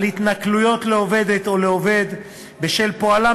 על התנכלויות לעובדת או לעובד בשל פועלם